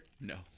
No